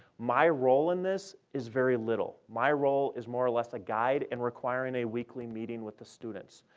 my role in this is very little. my role is more-or-less a guide and requiring a weekly meeting with the students.